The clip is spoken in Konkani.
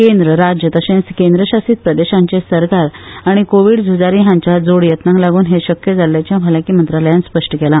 केद्र राज्य तशेंच केंद्रशासित प्रदेशांचे सरकार आनी कोविड झूजारी हांच्या जोड यत्नांक लागून हे शक्य जाल्ल्याचे भलायकी मंत्रालयान स्पष्ट केला